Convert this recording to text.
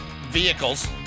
vehicles